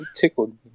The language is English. Tickled